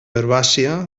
herbàcia